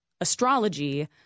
astrology